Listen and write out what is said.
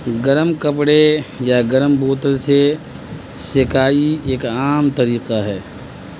گرم کپڑے یا گرم بوتل سے سیکائی ایک عام طریقہ ہے